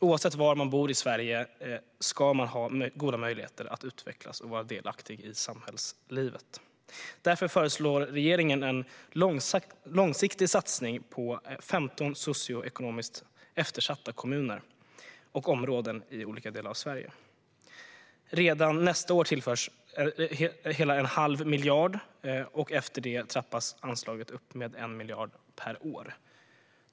Oavsett var man bor i Sverige ska man ha goda möjligheter att utvecklas och vara delaktig i samhällslivet. Därför föreslår regeringen en långsiktig satsning på 15 socioekonomiskt eftersatta kommuner och områden i olika delar av Sverige. Redan nästa år tillförs en halv miljard, och efter det trappas anslaget upp med 1 miljard per år.